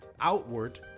outward